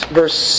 verse